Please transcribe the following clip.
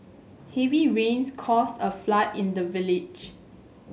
heavy rains caused a flood in the village